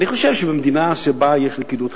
אני חושב שבמדינה שבה יש לכידות חברתית,